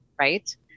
Right